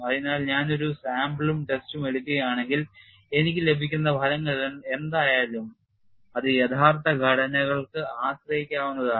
അതിനാൽ ഞാൻ ഒരു സാമ്പിളും ടെസ്റ്റും എടുക്കുകയാണെങ്കിൽ എനിക്ക് ലഭിക്കുന്ന ഫലങ്ങൾ എന്തായാലും അത് യഥാർത്ഥ ഘടനകൾക്ക് ആശ്രയിക്കാവുന്നതാണ്